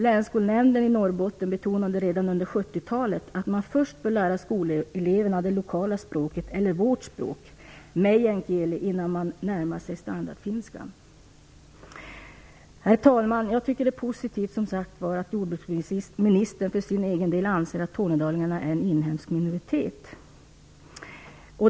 Länsskolnämnden i Norrbotten betonade redan under 70-talet att man först bör lära skoleleverna det lokala språket - vårt språk, meän kieli - innan de närmar sig standardfinskan. Herr talman! Jag tycker som sagt att det är positivt att jordbruksministern för egen del anser att tornedalingarna är en inhemsk minoritet.